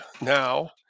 now